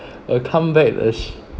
a comeback that's